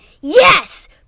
Yes